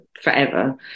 forever